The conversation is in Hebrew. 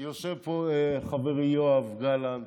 יושב פה חברי יואב גלנט,